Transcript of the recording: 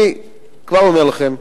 אני כבר אומר לכם: